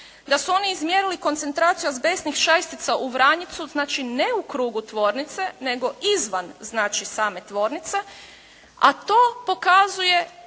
da su oni izmjerili koncentraciju azbestnih čestica u Vranjicu znači ne u krugu tvornice nego izvan znači same tvornice, a to pokazuje